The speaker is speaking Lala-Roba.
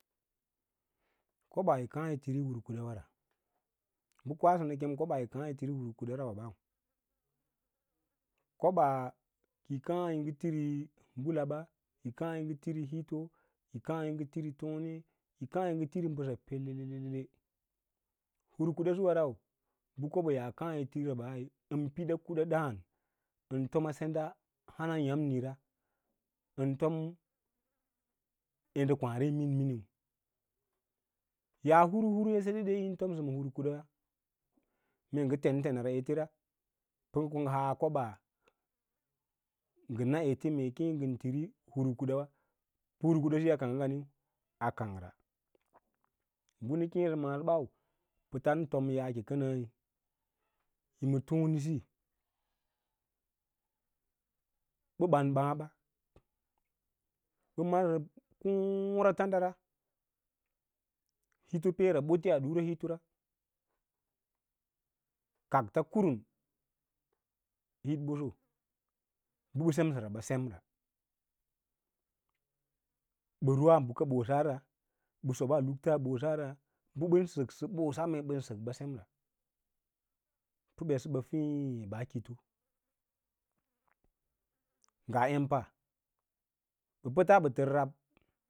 Koɓaa yi kaã yi tiri hmukudawa ra bə kwasə nə keẽ kobaa yi kaã yi tiri huru kudawara ɓa rau, ko ɓaa ki yi kaã yi ngə tiri bə laba kaã yitiri hito, kaã yi tiri tone kaã yi ngə tíri mbəsa pelelele hur kuɗa suwa rau bə kobo yaa kaã yi tiri ra ɓa ɓən piɗa kuɗa ɗǎǎn ɓən tomaa hana senda ya’m nira ən tom yaudəkwaãre yi miniu yaa huru hu huruya sedede yín tomsal ma huru kudwaya, mee ngə tentenara pə ngə ko ngə kobaa ngə na ete mee keẽ ngən tiri hur kudawa pə hur kudaasiyi yi kangga nganiu akangra. Bə nə keẽ maaso ɓau pə nə tomon yaake kənəi ɓə mə tonesi bə ɓan baã ɓa ɓə marsə kǒǒra fau dara hito peera ɓolia ɗura hitora kakts ku run hit ɓoso bə semsəra ɓa semta, bə rus ɓosara ɓa soɓaa luk ts bosara bə ɓən səksə mee bosa ba senira pə ɓetsəɓa feẽ ɓaa kito ngaa empaa ɓə pəts ɓə tər rab.